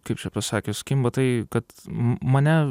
kaip čia pasakius kimba tai kad mane